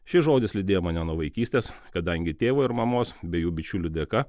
šis žodis lydėjo mane nuo vaikystės kadangi tėvo ir mamos bei jų bičiulių dėka